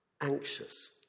anxious